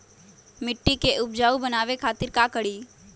मिट्टी के उपजाऊ बनावे खातिर का करी?